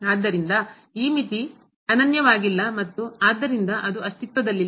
ಆದ್ದರಿಂದ ಈ ಮಿತಿ ಅನನ್ಯ ವಾಗಿಲ್ಲ ಮತ್ತು ಆದ್ದರಿಂದ ಅದು ಅಸ್ತಿತ್ವದಲ್ಲಿಲ್ಲ